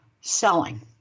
Selling